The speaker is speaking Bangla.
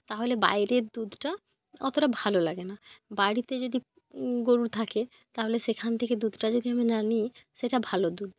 তাহলে বাইরের দুধটা অতটা ভালো লাগে না বাড়িতে যদি গরু থাকে তাহলে সেখান থেকে দুধটা যদি আমি না নিই সেটা ভালো দুধ